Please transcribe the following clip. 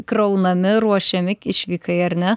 kraunami ruošiami išvykai ar ne